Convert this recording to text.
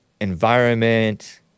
environment